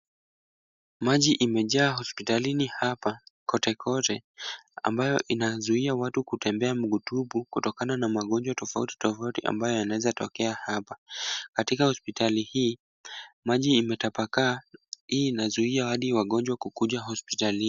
Maji imejaa hospitalini hapa kote kote ambayo inazuia watu kutembea mguu tupu kutokana na magonjwa tofauti tofauti ambayo yanaweza tokea hapa. Katika hospitali hii maji imetapakaa hii inazuia hadi wagonjwa kukuja hospitalini.